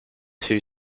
two